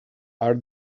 are